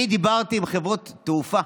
אני דיברתי עם חברות תעופה,